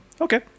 okay